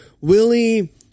Willie